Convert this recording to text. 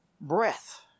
breath